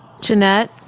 Jeanette